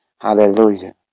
Hallelujah